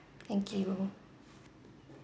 thank you